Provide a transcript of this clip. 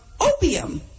opium